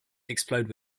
explode